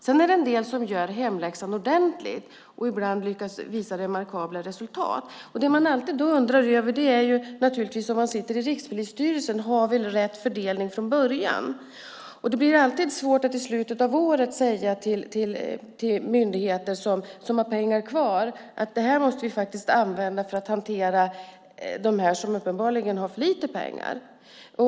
Sedan är det en del som gör hemläxan ordentligt och ibland lyckas visa remarkabla resultat. Det man alltid undrar över om man sitter i Rikspolisstyrelsen är naturligtvis: Har vi rätt fördelning från början? Det blir alltid svårt att i slutet av året säga till myndigheter som har pengar kvar att de faktiskt måste användas för att hantera de polismyndigheter som uppenbarligen har för lite pengar.